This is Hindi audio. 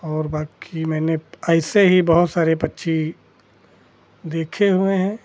और बाकी मैंने ऐसे ही बहुत सारे पक्षी देखे हुए हैं